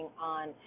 on